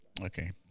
Okay